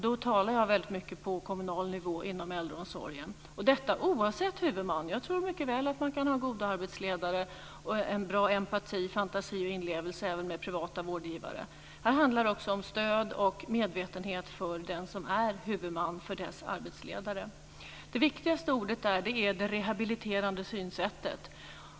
Då talar jag mycket om den kommunala nivån inom äldreomsorgen - detta oavsett huvudman. Jag tror mycket väl att det går att ha goda arbetsledare, bra empati, fantasi och inlevelse även med privata vårdgivare. Här handlar det om stöd och medvetenhet också för den som är huvudman för dessa arbetsledare. De viktigaste orden här är det rehabiliterande synsättet.